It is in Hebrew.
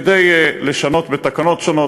כדי לשנות תקנות שונות,